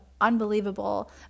unbelievable